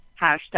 Hashtag